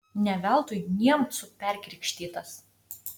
ne veltui niemcu perkrikštytas